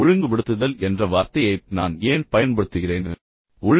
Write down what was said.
ஒழுங்குபடுத்துதல் என்ற வார்த்தையைப் பயன்படுத்துவதில் நான் ஏன் ஆர்வம் காட்டுகிறேன்